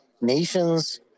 nations